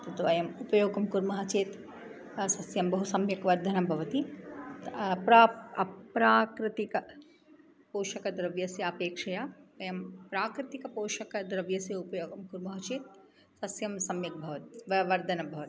किन्तु अयम् उपयोगं कुर्मः चेत् सस्यं बहु सम्यक् वर्धनं भवति प्राप् अप्राकृतिक पोषकद्रव्यस्यापेक्षया वयं प्राकृतिकपोषकद्रव्यस्य उपयोगं कुर्मः चेत् सस्यं सम्यक् भवत् व वर्धनं भवति